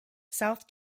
south